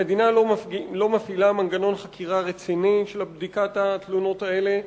המדינה לא מפעילה מנגנון חקירה רציני של בדיקת התלונות האלה.